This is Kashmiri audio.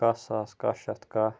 کاہ ساس کاہ شیٚتھ کاہ